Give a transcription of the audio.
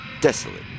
desolate